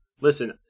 Listen